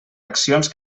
accions